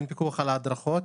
אין פיקוח על ההדרכות,